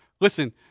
Listen